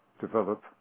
develop